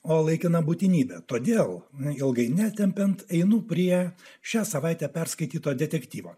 o laikina būtinybė todėl neilgai netempiant einu prie šią savaitę perskaityto detektyvo